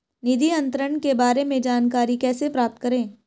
निधि अंतरण के बारे में जानकारी कैसे प्राप्त करें?